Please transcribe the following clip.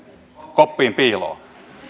koppiin piiloon